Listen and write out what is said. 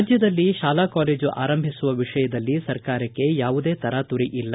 ರಾಜ್ಯದಲ್ಲಿ ಶಾಲಾ ಕಾಲೇಜು ಆರಂಭಿಸುವ ವಿಷಯದಲ್ಲಿ ಸರ್ಕಾರಕ್ಕೆ ಯಾವುದೇ ತರಾತುರಿ ಇಲ್ಲ